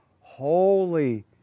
holy